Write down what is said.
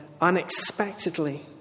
unexpectedly